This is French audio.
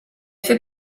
fait